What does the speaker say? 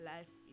Life